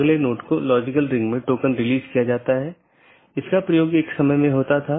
सबसे अच्छा पथ प्रत्येक संभव मार्गों के डोमेन की संख्या की तुलना करके प्राप्त किया जाता है